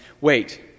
Wait